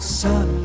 sun